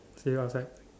see you outside